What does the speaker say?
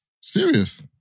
Serious